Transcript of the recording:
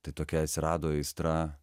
tai tokia atsirado aistra